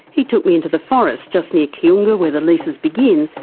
he took me into the forest just near kiunga, where the leases begin,